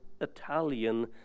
Italian